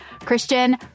Christian